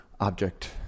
object